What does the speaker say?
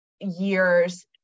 years